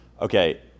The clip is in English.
okay